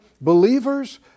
believers